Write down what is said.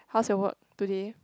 how's your work today